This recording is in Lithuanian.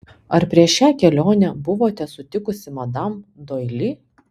ar prieš šią kelionę buvote sutikusi madam doili